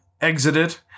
exited